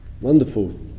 wonderful